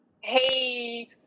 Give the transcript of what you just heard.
hey